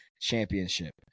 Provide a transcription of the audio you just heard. championship